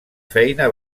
feina